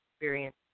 experience